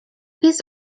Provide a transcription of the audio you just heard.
pies